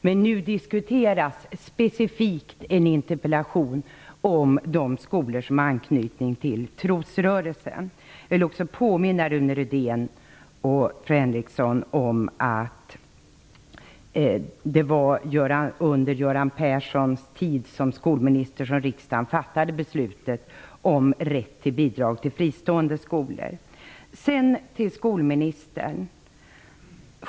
Men nu diskuterar vi specifikt en interpellation om de skolor som har anknytning till trosrörelsen. Jag vill också påminna Rune Rydén och fru Henriksson att det var under Göran Perssons tid som skolminister som riksdagen fattade beslutet om rätt till bidrag till fristående skolor. Då vänder jag mig till skolministern.